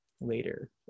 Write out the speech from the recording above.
later